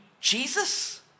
Jesus